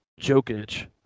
Jokic